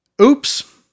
Oops